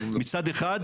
מצד אחד,